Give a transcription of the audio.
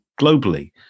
globally